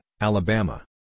Alabama